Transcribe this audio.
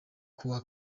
kuwa